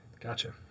Gotcha